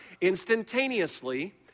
Instantaneously